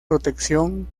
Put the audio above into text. protección